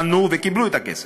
פנו וקיבלו את הכסף.